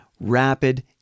rapid